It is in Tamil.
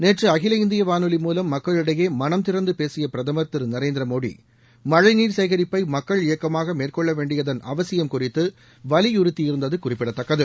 நேற்று அகில இந்திய வானொலி மூலம் மக்களிடையே மனம்திறந்து பேசிய பிரதமர் திரு நரேந்திர மோடி மழைநீர் சேகரிப்பை மக்கள் இயக்கமாக மேற்கொள்ள வேண்டியதன் அவசியம் குறித்து வலியுறுத்தியிருந்தது குறிப்பிடத்தக்கது